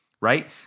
right